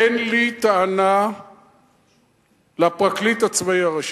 אין לי טענה לפרקליט הצבאי הראשי,